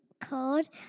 called